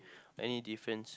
any difference